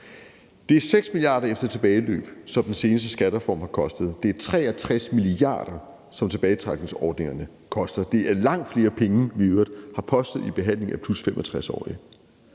Det er 6 mia. kr. efter tilbageløb, som den seneste skattereform har kostet. Det er 63 mia. kr., som tilbagetrækningsordningerne koster. Det er langt flere penge, vi i øvrigt har postet i behandlingen af +65-årige.